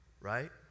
right